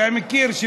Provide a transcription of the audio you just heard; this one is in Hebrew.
אתה מכיר,